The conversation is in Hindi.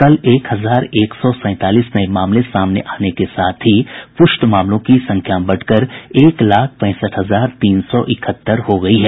कल एक हजार एक सौ सैंतालीस नये मामले सामने आने के साथ ही पुष्ट मामलों की संख्या बढ़कर एक लाख पैंसठ हजार तीन सौ इकहत्तर हो गयी है